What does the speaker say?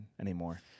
anymore